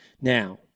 Now